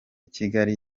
kigali